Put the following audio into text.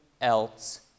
else